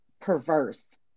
perverse